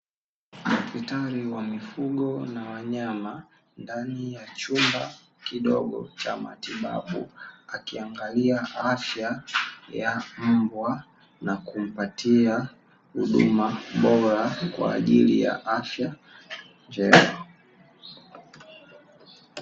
Daktari wa mifugo na wanyama, ndani ya chumba kidogo cha matibabu, akiangalia afya ya mbwa na kumpatia huduma bora kwa ajili ya afya njema.